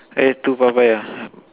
eh two Papaya